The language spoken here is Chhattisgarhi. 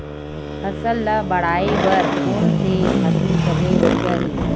फसल ला बढ़ाए बर कोन से खातु सबले बढ़िया हे?